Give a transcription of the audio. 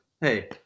hey